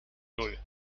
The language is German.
null